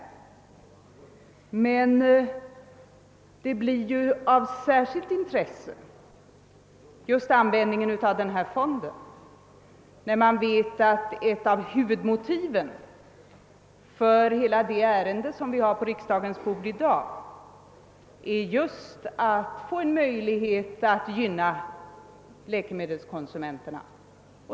Användningen av fonden blir av särskilt intresse när man vet att ett av huvudmotiven för hela detta ärende som vi har på riksdagens bord i dag är att få en möjlighet att gynna läkemedelskonsumenterna.